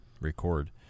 record